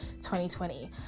2020